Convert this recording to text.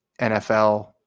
NFL